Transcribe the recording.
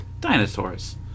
Dinosaurs